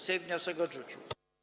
Sejm wniosek odrzucił.